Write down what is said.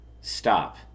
Stop